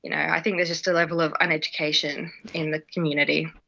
you know i think there's just a level of uneducation in the community.